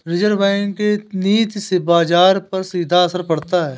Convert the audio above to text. reserve Bank के नीति से बाजार पर सीधा असर पड़ता है